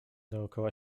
dookoła